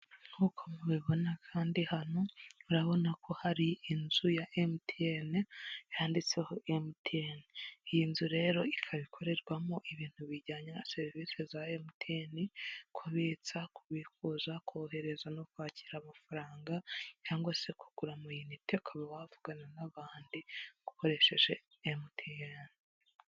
Nkuko mubibona kandi hano, murabona ko hari inzu ya Emutiyene yanditseho Emutiyene. Iyi nzu rero ikaba ikorerwamo ibintu bijyanye na serivisi za Emutiyene, kubitsa, kubikuza, kohereza no kwakira amafaranga, cyangwa se kugura amayinite ukaba wavugana n'abandi ukoresheje Emutiyene.